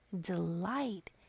delight